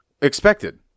expected